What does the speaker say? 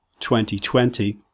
2020